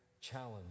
challenge